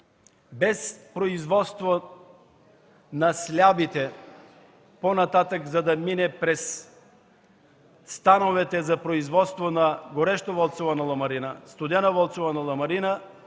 Без производство на слабите по-нататък, за да мине през становете за производство на горещовалцувана ламарина, студеновалцувана ламарина,